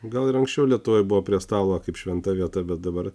gal ir anksčiau lietuvoj buvo prie stalo kaip šventa vieta bet dabar